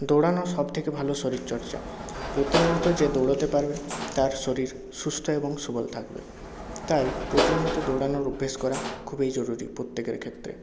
দৌড়ানো সবথেকে ভালো শরীরচর্চা প্রতিনিয়ত যে দৌড়াতে পারবে তার শরীর সুস্থ এবং সবল থাকবে তাই প্রতিনিয়ত দৌড়ানোর অভ্যেস করা খুবই জরুরি প্রত্যেকের ক্ষেত্রে